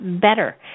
better